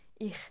Ich